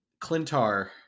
clintar